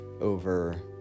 over